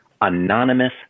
Anonymous